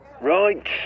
Right